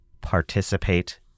participate